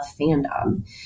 fandom